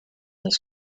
this